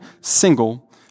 single